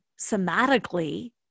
somatically